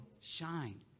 shine